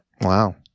Wow